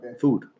food